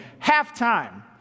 Halftime